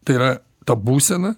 tai yra ta būsena